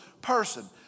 person